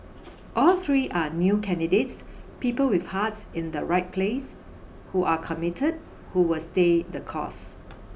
all three are new candidates people with hearts in the right place who are commit who will stay the course